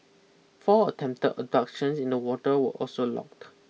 four attempt abductions in the water were also logged